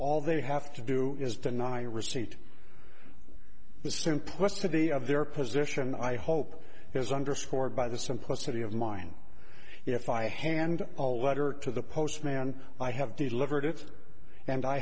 all they have to do is deny receipt the simplicity of their position i hope is underscored by the simplicity of mine if i hand all letter to the post man i have delivered it and i